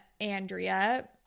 Andrea